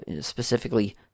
specifically